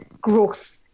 growth